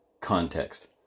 context